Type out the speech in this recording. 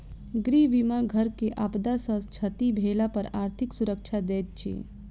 गृह बीमा घर के आपदा सॅ क्षति भेला पर आर्थिक सुरक्षा दैत अछि